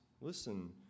listen